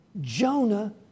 Jonah